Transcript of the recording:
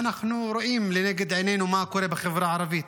ואנחנו רואים לנגד עינינו מה קורה בחברה הערבית,